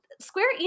square